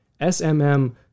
SMM